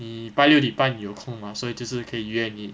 你拜六礼拜你有空嘛所以就是可以约你